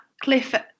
cliff